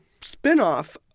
spinoff